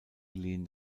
lehnen